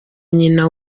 nyina